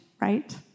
right